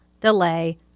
delay